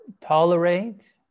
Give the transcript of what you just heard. tolerate